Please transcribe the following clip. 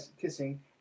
kissing